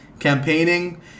campaigning